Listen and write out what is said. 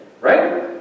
right